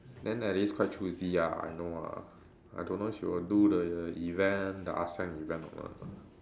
then Alice quite choosy ah I know ah I don't know she will do the event the Asean event or not ah